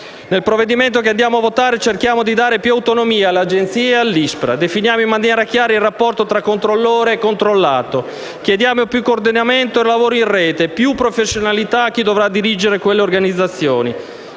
Nel provvedimento che andiamo a votare cerchiamo di dare più autonomia alle Agenzie e all'ISPRA, definiamo in maniera chiara il rapporto tra controllore e controllato, chiediamo più coordinamento e lavoro in rete, più professionalità a chi dovrà dirigere quelle organizzazioni